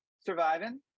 surviving